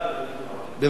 בבקשה.